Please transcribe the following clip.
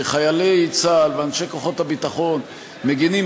שחיילי צה"ל ואנשי כוחות הביטחון מגינים